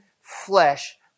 flesh